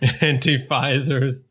Anti-Pfizers